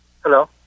Hello